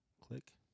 Click